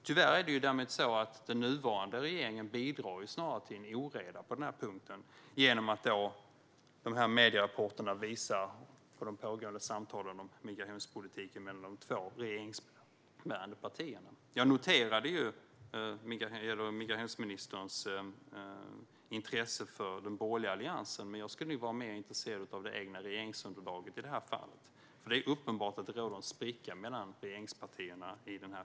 Tyvärr bidrar den nuvarande regeringen snarare till oreda på denna punkt genom det som medierapporteringen visar av de pågående samtalen om migrationspolitiken mellan de två regeringsbärande partierna. Jag noterade migrationsministerns intresse för den borgerliga alliansen. Men hon borde vara mer intresserad av det egna regeringsunderlaget i detta fall. Det är uppenbart att det finns en spricka i frågan mellan regeringspartierna.